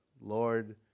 Lord